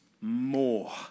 more